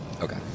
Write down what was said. Okay